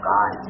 God